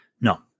No